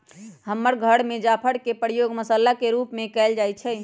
हमर घर में जाफर के प्रयोग मसल्ला के रूप में कएल जाइ छइ